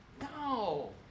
No